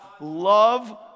love